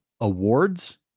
awards